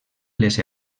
les